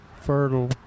fertile